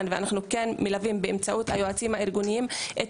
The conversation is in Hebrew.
ואנחנו כן מלווים באמצעות היועצים הארגוניים את